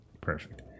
perfect